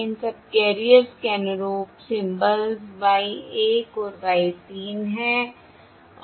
इन subcarriers के अनुरूप symbols Y 1 और Y 3 हैं